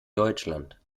deutschland